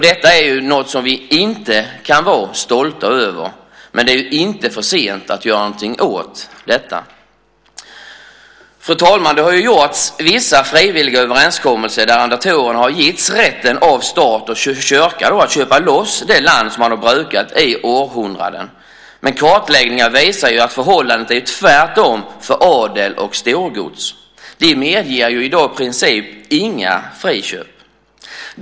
Detta är något som vi inte kan vara stolta över, men det är inte för sent att göra något åt det. Fru talman! Det har gjorts vissa frivilliga överenskommelser där arrendatorer av stat och kyrka har getts rätten att köpa loss det land som man har brukat i århundraden. Men kartläggningar visar att förhållandet är tvärtom för adel och storgods. De medger i princip inga friköp i dag.